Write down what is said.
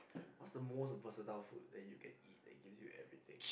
what's the most versatile food that you can eat that gives you everything